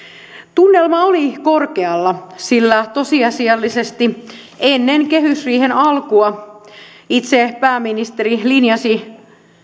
tunnelma oli korkealla sillä tosiasiallisesti ennen kehysriihen alkua itse pääministeri linjasi